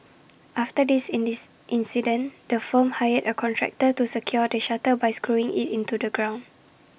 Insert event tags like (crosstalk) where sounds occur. after this (unintelligible) incident the firm hired A contractor to secure the shutter by screwing IT into the ground